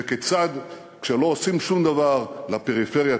וכיצד כשלא עושים שום דבר בפריפריה,